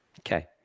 Okay